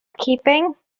keeping